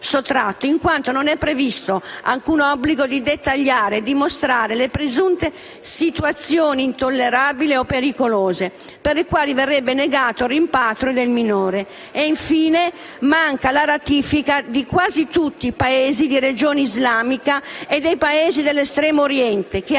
in quanto non è previsto alcun obbligo di dettagliare e dimostrare le presunte «situazioni intollerabili o pericolose» per le quali verrebbe negato il rimpatrio del minore; infine, manca la ratifica di quasi tutti i Paesi di religione islamica e dei Paesi dell'Estremo Oriente, che